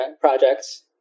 projects